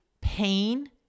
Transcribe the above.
pain